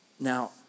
Now